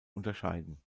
unterscheiden